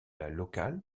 local